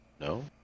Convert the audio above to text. No